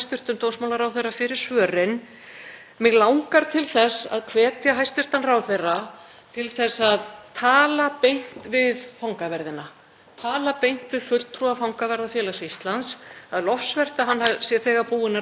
tala beint við fulltrúa Fangavarðafélags Íslands. Það er lofsvert að hann sé þegar búinn að ræða við fulltrúa Afstöðu, en það þarf að ræða beint við fólkið á gólfinu sem sinnir þessum mikilvægu störfum allan ársins hring.